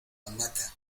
hamaca